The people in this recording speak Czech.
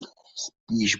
spíš